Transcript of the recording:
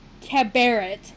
cabaret